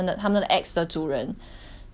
弄到这样子很可怜 sia